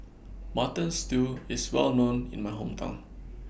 Mutton Stew IS Well known in My Hometown